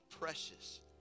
precious